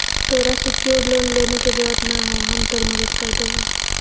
तोरा secured loan लेने के जरूरत न हो, हम तोर मदद कर देबो